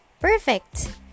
Perfect